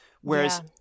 Whereas